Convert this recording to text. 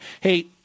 Hey